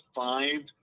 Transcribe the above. five